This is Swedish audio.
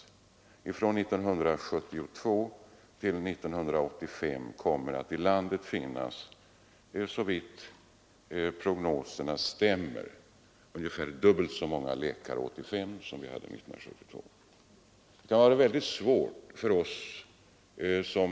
Om prognoserna stämmer kommer det 1985 att finnas ungefär dubbelt så många läkare som vi hade 1972.